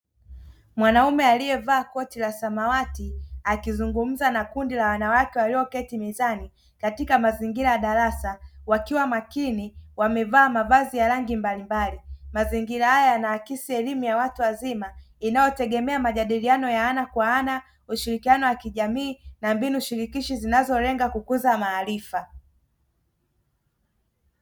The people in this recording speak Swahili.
Mwanaume aliyevaa koti la samawati, akizungumza na kundi la wanawake walioketi mezani katika mazingira ya darasa wakiwa makini wamevaa mavazi ya rangi mbalimbali. Mazingira haya yanaakisi elimu ya watu wazima inayotegemea majadiliano ya ana kwa ana, ushirikiano wa kijamii na mbinu shirikishi zinazolenga kukuza maarifa.